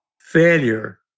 failure